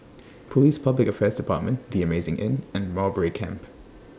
Police Public Affairs department The Amazing Inn and Mowbray Camp